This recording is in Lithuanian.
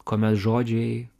kuomet žodžiai